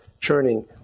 churning